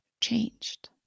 changed